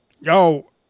Yo